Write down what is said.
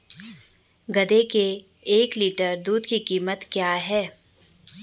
गधे के एक लीटर दूध की कीमत क्या है?